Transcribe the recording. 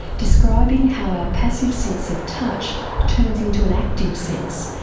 describing how our passive sense of touch turns into an active sense,